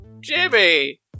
Jimmy